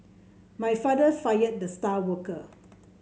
my father fired the star worker